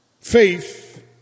Faith